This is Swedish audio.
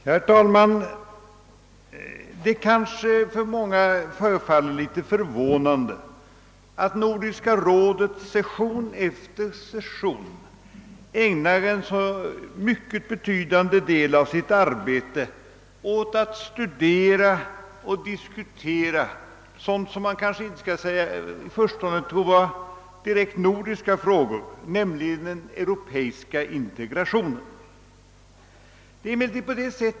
Herr talman! Kanske det förefaller litet förvånande att Nordiska rådet session efter session ägnar en mycket betydande del av sitt arbete åt att studera och diskutera sådant som man kanske i förstone inte anser vara en nordisk fråga, nämligen den europeiska integrationen.